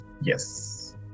Yes